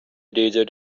desert